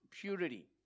purity